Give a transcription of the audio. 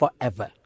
forever